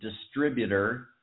distributor